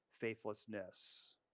faithlessness